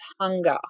hunger